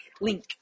link